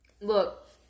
Look